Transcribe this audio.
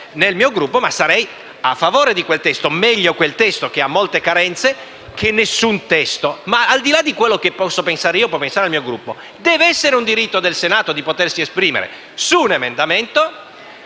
nel mio Gruppo, sarei a favore di quel testo: meglio un testo che ha molte carenze che nessun testo. Comunque, al di là di quello che posso pensare io o può pensare il mio Gruppo, deve essere un diritto del Senato potersi esprime su un emendamento